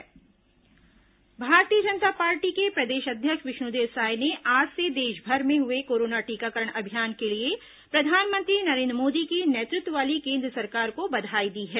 corona टीकाकरण भाजपा बयान Bharatiya Janata party के प्रदेश अध्यक्ष विष्णुदेव साय ने आज से देशभर में शुरू हुए कोरोना टीकाकरण अभियान के लिए प्रधानमंत्री नरेन्द्र मोदी की नेतृत्व वाली केन्द्र सरकार को बधाई दी है